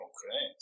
Okay